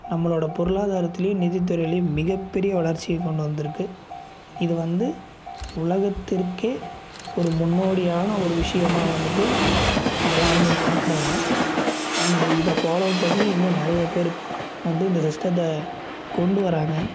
நம்மளோடய பொருளாதாரத்துலேயும் நிதித்துறையிலேயும் மிகப்பெரிய வளர்ச்சியை கொண்டு வந்துருக்குது இது வந்து உலகத்திற்கே ஒரு முன்னோடியான ஒரு விஷயமா வந்துட்டு எல்லோருமே பார்க்குறாங்க அண்டு இதை ஃபாலோ பண்ணி இன்னும் நிறையா பேர் வந்து இந்த சிஸ்ட்டத்தை கொண்டு வராங்க